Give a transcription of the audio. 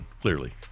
clearly